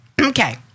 Okay